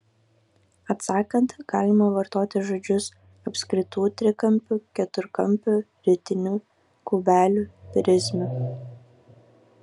atsakant galima vartoti žodžius apskritų trikampių keturkampių ritinių kubelių prizmių